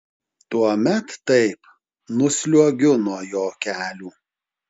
tuomet taip nusliuogiu nuo jo kelių